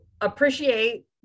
appreciate